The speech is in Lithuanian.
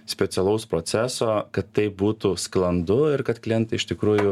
specialaus proceso kad tai būtų sklandu ir kad klientai iš tikrųjų